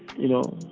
you know,